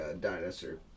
dinosaur